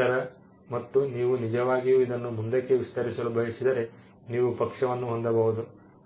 ಇತರ ಮತ್ತು ನೀವು ನಿಜವಾಗಿಯೂ ಇದನ್ನು ಮುಂದಕ್ಕೆ ವಿಸ್ತರಿಸಲು ಬಯಸಿದರೆ ನೀವು ಪಕ್ಷವನ್ನು ಹೊಂದಬಹುದು